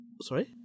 Sorry